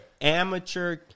amateur